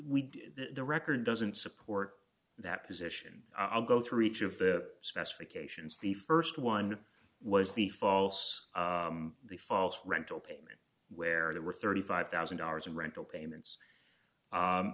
did the record doesn't support that position i'll go through each of the specifications the st one was the false the false rental payment where there were thirty five thousand dollars in rental payments